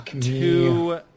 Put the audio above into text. two